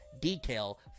detail